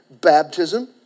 baptism